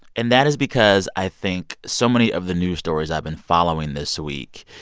and that is because i think so many of the news stories i've been following this week,